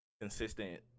consistent